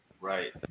Right